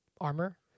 armor